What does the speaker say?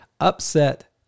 upset